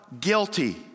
guilty